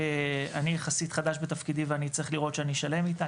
אני יחסית חדש בתפקידי ואני צריך לראות שאני שלם איתה,